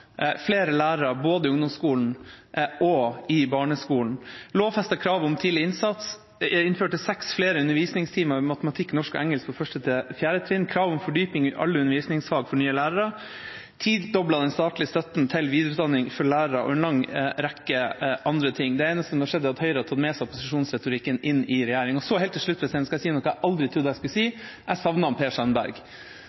flere lærere både i ungdomsskolen og i barneskolen, lovfestet krav om tidlig innsats, innførte seks flere undervisningstimer i matematikk, norsk og engelsk på 1.–4. trinn og krav om fordypning i alle undervisningsfag for nye lærere, tidoblet den statlige støtten til videreutdanning for lærere, og en lang rekke andre ting. Det eneste som har skjedd, er at Høyre har tatt med seg opposisjonsretorikken inn i regjering. Helt til slutt skal jeg si noe jeg aldri hadde trodd jeg skulle si: